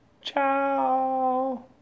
Ciao